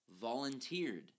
volunteered